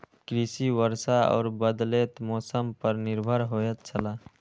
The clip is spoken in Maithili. कृषि वर्षा और बदलेत मौसम पर निर्भर होयत छला